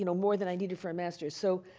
you know more than i needed for a master's. so,